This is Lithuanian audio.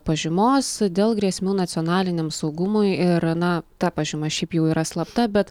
pažymos dėl grėsmių nacionaliniam saugumui ir na ta pažyma šiaip jau yra slapta bet